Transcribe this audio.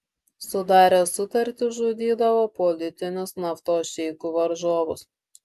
sudaręs sutartis žudydavo politinius naftos šeichų varžovus